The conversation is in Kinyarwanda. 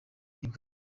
bwami